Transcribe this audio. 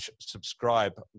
subscribe